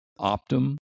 Optum